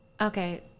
okay